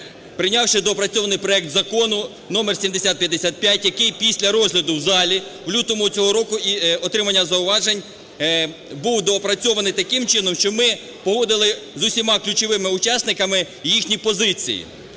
Прийнявши доопрацьований проект Закону номер 7055, який після розгляду в залі у лютому цього року і отримання зауважень був доопрацьований таким чином, що ми погодили з усіма ключовими учасниками їхні позиції.